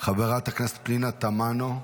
חברת הכנסת פנינה תמנו,